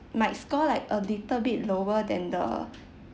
might score like a little bit lower than the